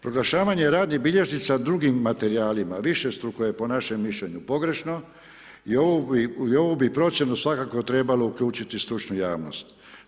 Proglašavanje radnih bilježnica drugim materijalima višestruko je, po našem mišljenju, pogrešno i ovu bi procjenu svakako trebalo uključiti stručnu javnost.